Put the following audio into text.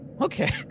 okay